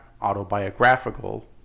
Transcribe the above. autobiographical